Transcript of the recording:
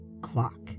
clock